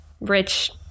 rich